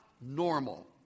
normal